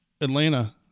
Atlanta